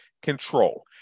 control